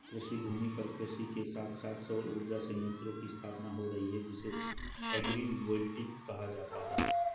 कृषिभूमि पर कृषि के साथ साथ सौर उर्जा संयंत्रों की स्थापना हो रही है जिसे एग्रिवोल्टिक कहा जाता है